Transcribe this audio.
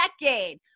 decade